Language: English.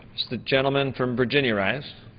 the gentleman from virginia rise?